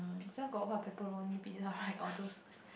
pizza got what pepperoni pizza right all those